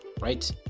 right